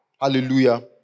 Hallelujah